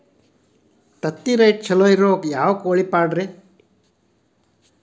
ತತ್ತಿರೇಟ್ ಛಲೋ ಇರೋ ಯಾವ್ ಕೋಳಿ ಪಾಡ್ರೇ?